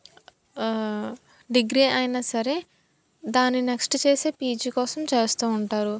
degree అయినా సరే దాని నెక్స్ట్ చేసే పీజీ కోసం చేస్తూ ఉంటారు